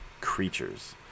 creatures